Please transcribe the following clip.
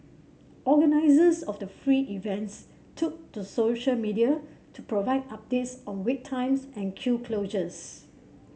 organisers of the free events took to social media to provide updates on wait times and queue closures